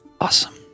Awesome